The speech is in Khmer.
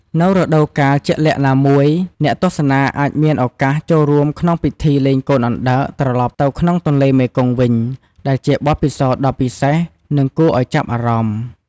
នៅរដូវកាលជាក់លាក់ណាមួយ អ្នកទស្សនាអាចមានឱកាសចូលរួមក្នុងពិធីលែងកូនអណ្ដើកត្រឡប់ទៅក្នុងទន្លេមេគង្គវិញ ដែលជាបទពិសោធន៍ដ៏ពិសេស និងគួរឱ្យចាប់អារម្មណ៍ ។